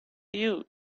you